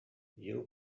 you